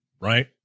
right